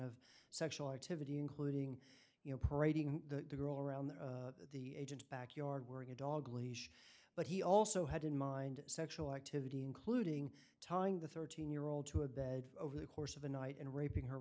of sexual activity including you know parading the girl around the agent's backyard wearing a dog leash but he also had in mind sexual activity including tying the thirteen year old to a bed over the course of the night and raping her